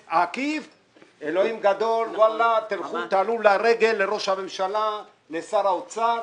אלוהים גדול ותעלו לרגל לראש הממשלה ולשר האוצר,